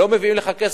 לא מביאים לך כסף?